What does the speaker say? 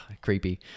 Creepy